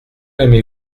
aimez